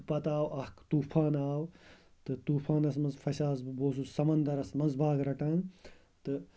پتہٕ آو اَکھ طوٗفان آو تہٕ طوٗفانَس منٛز فَسیاوُس بہٕ بہٕ اوسُس سمندرس منٛز باغ رٹان تہٕ